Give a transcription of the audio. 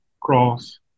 Cross